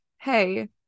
hey